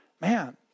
Man